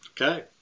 Okay